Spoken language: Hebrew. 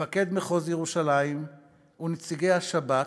מפקד מחוז ירושלים ונציגי השב"כ,